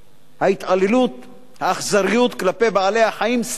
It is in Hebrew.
ההתעללות והאכזריות כלפי בעלי-החיים סתם כך.